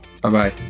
Bye-bye